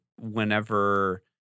whenever